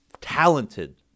talented